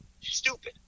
stupid